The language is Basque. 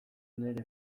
nire